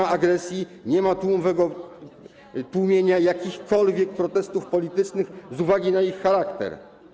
Nie ma agresji, nie ma tłumienia jakichkolwiek protestów politycznych z uwagi na ich charakter.